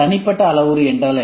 தனிப்பட்ட அளவுரு என்றால் என்ன